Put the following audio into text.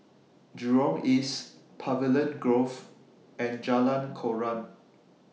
Jurong East Pavilion Grove and Jalan Koran